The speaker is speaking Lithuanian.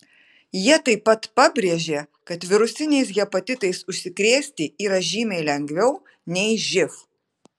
jie taip pat pabrėžė kad virusiniais hepatitais užsikrėsti yra žymiai lengviau nei živ